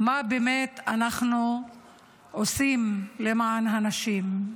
מה באמת אנחנו עושים למען הנשים.